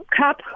cup